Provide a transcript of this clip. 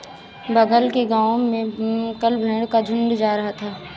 बगल के गांव में कल भेड़ का झुंड जा रहा था